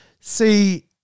See